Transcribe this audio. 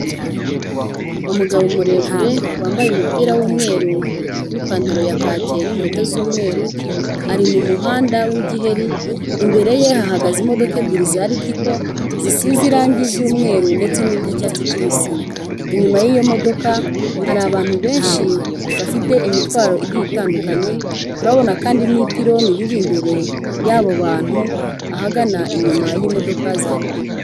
Umugabo muremure wambaye umupira w'umweru n'ipantaro ya kacyi n'inkweto z'umweru, ari mu muhanda w'igiheri imbere ye hahagaze imodoka ebyiri za Ritco, zisize irangi ry'umweru ndetse n'iry'icyatsi kibisi, inyuma y'iyo modoka hari abantu benshi bafite imitwaro igiye itandukanye, turabona kandi n'ipironi riri imbere y'abo bantu ahagana inyuma y'imodoka za Ritco.